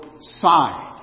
side